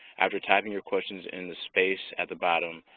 after typing your questions in the space at the bottom,